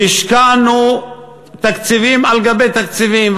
והשקענו תקציבים על גבי תקציבים,